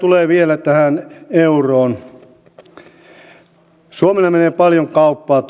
tulee vielä tähän euroon suomi tekee paljon kauppaa